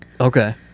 Okay